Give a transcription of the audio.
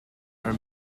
are